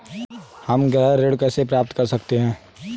हम गृह ऋण कैसे प्राप्त कर सकते हैं?